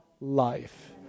life